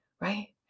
Right